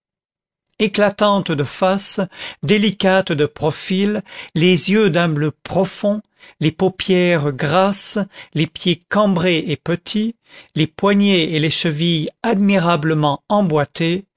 éclatante de face délicate de profil les yeux d'un bleu profond les paupières grasses les pieds cambrés et petits les poignets et les chevilles admirablement emboîtés